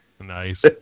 Nice